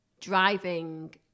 driving